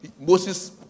Moses